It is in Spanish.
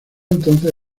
entonces